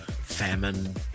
famine